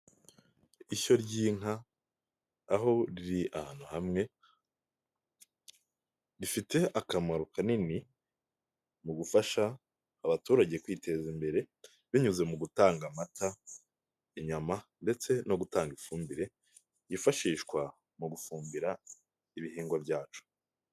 Ishyo ry'inka aho riri ahantu hamwe, rifite akamaro kanini mu gufasha abaturage kwiteza imbere binyuze mu gutanga amata, inyama ndetse no gutanga ifumbire yifashishwa mu gufumbira ibihingwa byacu.